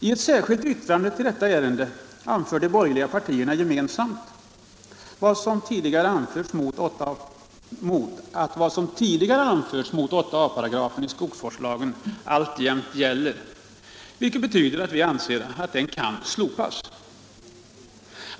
I ett särskilt yttrande till detta ärende anför de borgerliga partierna gemensamt att vad som tidigare anförts mot 8 a § i skogsvårdslagen alltjämt gäller, vilket betyder att vi anser att den kan slopas.